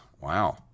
Wow